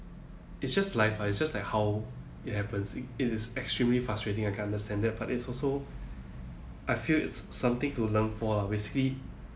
it's just life it's just like how it happens it it is extremely frustrating I kind of understand that but it's also I feel it's something to learn for lah basically